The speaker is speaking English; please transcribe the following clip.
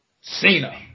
Cena